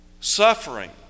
Suffering